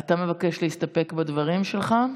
אתה מבקש להסתפק בדברים שלך.